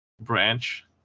branch